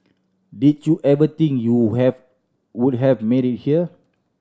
did you ever think you have would have made it here